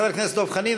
חבר הכנסת דב חנין,